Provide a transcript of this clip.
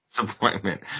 disappointment